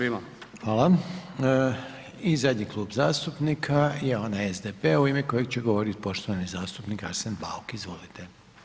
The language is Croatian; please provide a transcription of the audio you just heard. I zadnji Klub zastupnika je onaj SDP-a u ime kojeg će govorit poštovani zastupnik Arsen Bauk, izvolite.